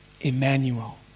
Emmanuel